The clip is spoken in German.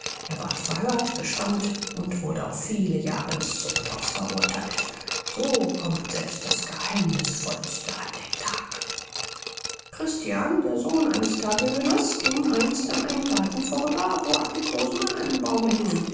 er ward verhört gestand und wurde auf viele jahre ins zuchthaus verurtheilt so kommt selbst das geheimnißvollste an den tag christian der sohn eines tagelöhners ging einst an einem garten vorüber wo aprikosen an einem baume hingen